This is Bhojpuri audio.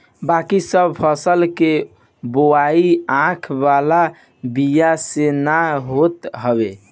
बाकी सब फसल के बोआई आँख वाला बिया से ना होत हवे